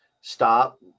stop